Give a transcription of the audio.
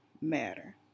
matter